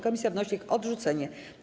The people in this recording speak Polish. Komisja wnosi o ich odrzucenie.